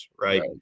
Right